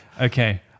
Okay